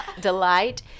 delight